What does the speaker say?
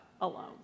alone